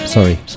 Sorry